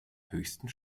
höchsten